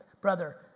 Brother